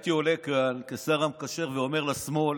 הייתי עולה כאן כשר המקשר ואומר לשמאל